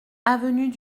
avenue